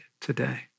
today